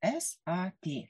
es at tė